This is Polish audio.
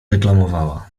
deklamowała